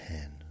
Ten